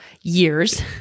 years